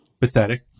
pathetic